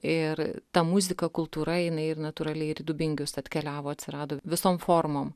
ir ta muzika kultūra jinai ir natūraliai ir į dubingius atkeliavo atsirado visom formom